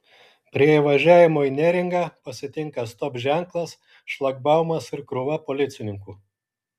prie įvažiavimo į neringą pasitinka stop ženklas šlagbaumas ir krūva policininkų